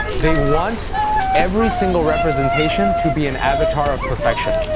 they want every single representation to be an avatar of perfection.